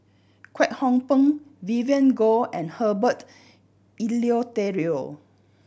Kwek Hong Png Vivien Goh and Herbert Eleuterio